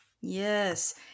Yes